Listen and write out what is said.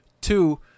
Two